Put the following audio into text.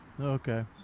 Okay